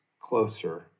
closer